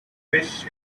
fish